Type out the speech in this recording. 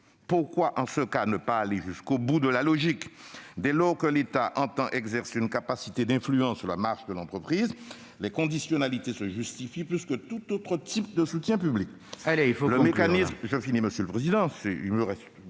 Pourquoi, en ce cas, ne pas aller jusqu'au bout de la logique ? Dès lors que l'État entend exercer une capacité d'influence sur la marche de l'entreprise, les conditionnalités se justifient plus que pour tout autre type de soutien public.